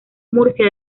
murcia